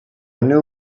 new